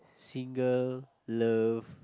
single love